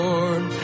Lord